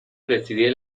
preside